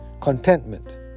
Contentment